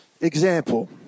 Example